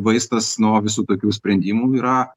vaistas nuo visų tokių sprendimų yra